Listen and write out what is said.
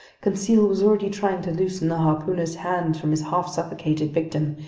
conseil was already trying to loosen the harpooner's hands from his half-suffocated victim,